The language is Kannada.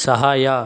ಸಹಾಯ